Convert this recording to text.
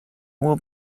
will